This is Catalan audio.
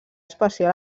especial